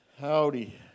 Howdy